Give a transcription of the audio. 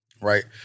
Right